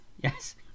yes